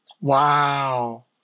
Wow